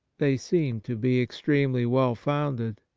they seem to be extremely well founded.